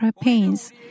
pains